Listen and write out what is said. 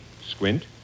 Squint